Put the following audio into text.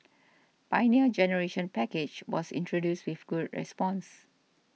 Pioneer Generation Package was introduced with good response